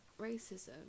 racism